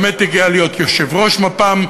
באמת, הגיע להיות יושב-ראש מפ"ם.